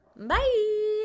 bye